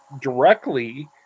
directly